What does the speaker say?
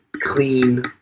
clean